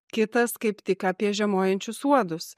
kitas kaip tik apie žiemojančius uodus